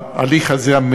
למה לנקוט את ההליך הזה,